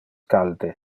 calde